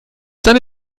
seine